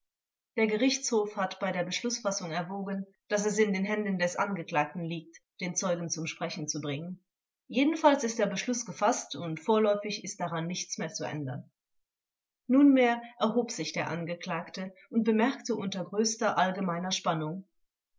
der gerichtshof hat bei der beschlußfassung erwogen daß es in den händen des angeklagten liegt den zeugen zum sprechen zu bringen jedenfalls ist der beschluß gefaßt und vorläufig ist daran nichts mehr zu ändern nunmehr erhob sich der angeklagte und bemerkte unter größter allgemeiner spannung